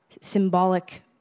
symbolic